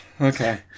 okay